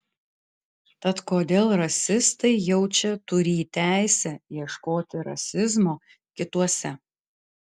tad kodėl rasistai jaučia turį teisę ieškoti rasizmo kituose